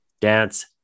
dance